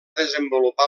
desenvolupar